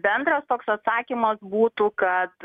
bendras toks atsakymas būtų kad